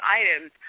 items